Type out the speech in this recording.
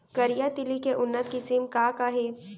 करिया तिलि के उन्नत किसिम का का हे?